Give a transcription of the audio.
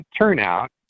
turnout